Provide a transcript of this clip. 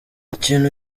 ikintu